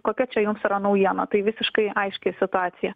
kokia čia jums yra naujiena tai visiškai aiški situacija